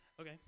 okay